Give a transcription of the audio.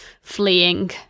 fleeing